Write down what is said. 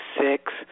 six